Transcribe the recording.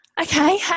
Okay